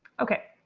okay,